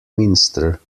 minster